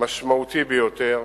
משמעותי ביותר,